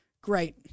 Great